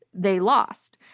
they lost.